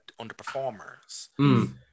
underperformers